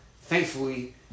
thankfully